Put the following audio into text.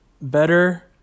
better